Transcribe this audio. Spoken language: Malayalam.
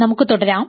നമുക്ക് തുടരാം